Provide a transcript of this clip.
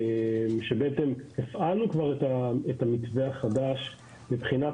כי למעשה הפעלנו כבר את המתווה החדש מבחינת